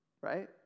right